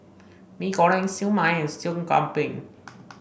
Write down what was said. Mee Goreng Siew Mai and Sup Kambing